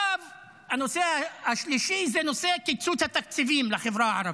הנושא השלישי זה נושא קיצוץ התקציבים לחברה הערבית.